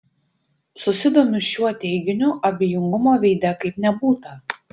susidomiu šiuo teiginiu abejingumo veide kaip nebūta